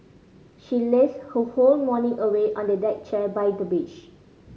she lazed her whole morning away on a deck chair by the beach